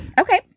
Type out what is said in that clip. Okay